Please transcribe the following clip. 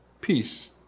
peace